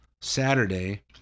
Saturday